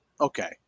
okay